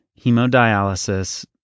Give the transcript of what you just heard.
hemodialysis